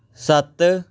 ਸੱਤ